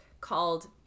called